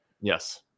Yes